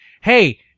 hey